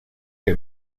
que